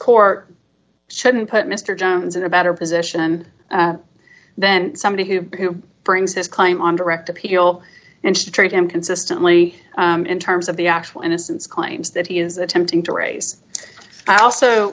court shouldn't put mr jones in a better position than somebody who brings his claim on direct appeal and should treat him consistently in terms of the actual innocence claims that he is attempting to raise i also